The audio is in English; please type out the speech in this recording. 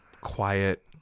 quiet